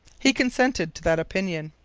he consented to that opinion.